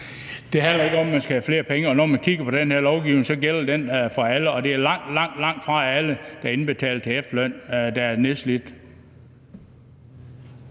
Det handler ikke om, at man skal have flere penge ud. Når man kigger på den her lovgivning, gælder den for alle. Og det er langt, langt fra alle, der indbetaler til en efterløn, der er nedslidt.